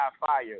fire